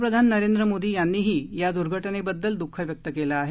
प्रधानमंत्री नरेंद्र मोदी यांनीही या दूर्घटनेबद्दल दूःख व्यक्त केलं आहे